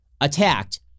attacked